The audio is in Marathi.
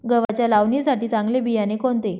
गव्हाच्या लावणीसाठी चांगले बियाणे कोणते?